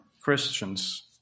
Christians